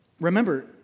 Remember